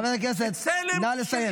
חבר הכנסת, נא לסיים.